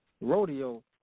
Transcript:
Rodeo